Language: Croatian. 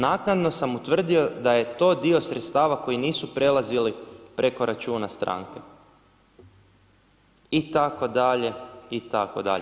Naknado sam utvrdio da je to dio sredstva koji nisu prelazili preko računa stranke, itd. itd.